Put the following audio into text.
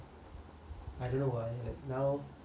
I don't know why like now